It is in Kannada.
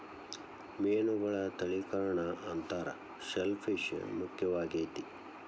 ಮೇನುಗಳ ತಳಿಕರಣಾ ಅಂತಾರ ಶೆಲ್ ಪಿಶ್ ಮುಖ್ಯವಾಗೆತಿ